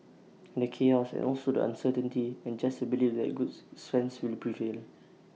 and the chaos and also the uncertainty and just to believe that good sense will prevail